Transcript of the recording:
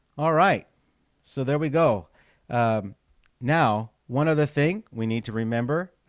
alright so there we go um now one other thing we need to remember